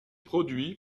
produit